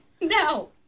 No